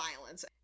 violence